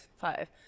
five